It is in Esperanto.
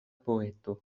poeto